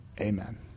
amen